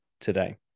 today